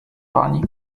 pani